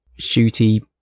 shooty